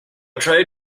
tried